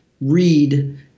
read